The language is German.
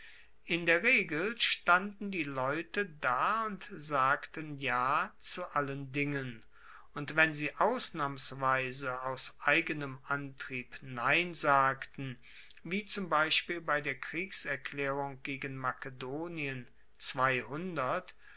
in der regel standen die leute da und sagten ja zu allen dingen und wenn sie ausnahmsweise aus eigenem antrieb nein sagten wie zum beispiel bei der kriegserklaerung gegen makedonien